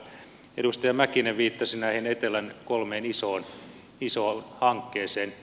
edustaja mäkinen viittasi näihin etelän kolmeen isoon hankkeeseen